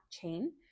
chain